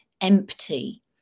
empty